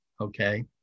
okay